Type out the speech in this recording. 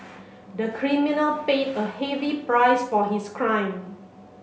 the criminal paid a heavy price for his crime